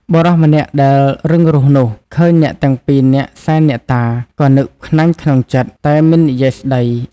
បុរសម្នាក់ដែលរឹងរូសនោះ ឃើញអ្នកទាំងពីរនាក់សែនអ្នកតា ក៏នឹកក្នាញ់ក្នុងចិត្ត តែមិននិយាយស្តី។